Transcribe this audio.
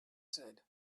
said